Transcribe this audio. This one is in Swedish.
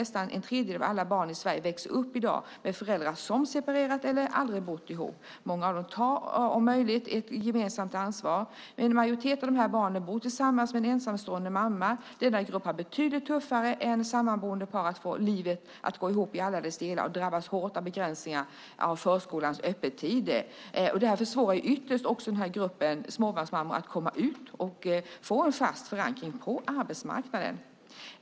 Nästan en tredjedel av alla barn i Sverige växer i dag upp med föräldrar som separerat eller aldrig bott ihop. Många tar om möjligt ett gemensamt ansvar, men en majoritet av barnen bor med en ensamstående mamma. Denna grupp har det betydligt tuffare än sammanboende par att få livet att gå ihop och drabbas hårt av begränsningar i förskolans öppettider. Det försvårar ytterst också för den här gruppen småbarnsmammor att komma ut och få en fast förankring på arbetsmarknaden.